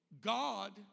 God